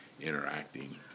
interacting